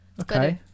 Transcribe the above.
Okay